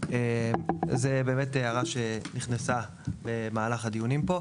זו הערה שנכנסה במהלך הדיונים פה.